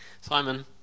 Simon